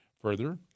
Further